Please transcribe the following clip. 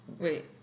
Wait